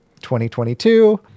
2022